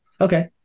Okay